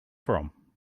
from